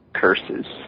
curses